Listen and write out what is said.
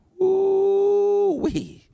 Ooh-wee